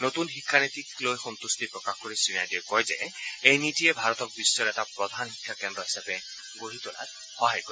নতুন শিক্ষানীতিক লৈ সন্তুষ্টি প্ৰকাশ কৰি শ্ৰীনাইডুয়ে কয় যে এই নীতিয়ে ভাৰতক বিশ্বৰ এটা প্ৰধান শিক্ষা কেন্দ্ৰ হিচাপে গঢ়ি তোলাত সহায় কৰিব